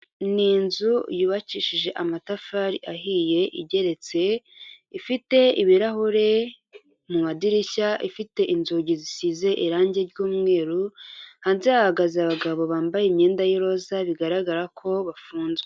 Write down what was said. Ni inzu yubakishije amatafari ahiye igeretse, ifite ibirahure mu madirishya, ifite inzugi zisize irangi ry'umweru, hanze hahagaze abagabo bambaye imyenda y'iroza bigaragara ko bafunzwe.